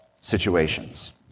situations